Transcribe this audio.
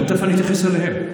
תכף אני אתייחס גם אליהם.